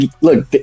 look